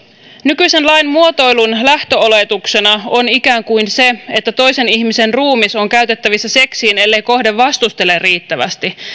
nykyisen lain muotoilun lähtöoletuksena on ikään kuin se että toisen ihmisen ruumis on käytettävissä seksiin ellei kohde vastustele riittävästi